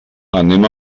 anem